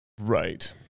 right